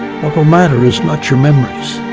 what will matter is not your memories,